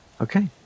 Okay